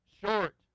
short